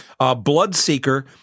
Bloodseeker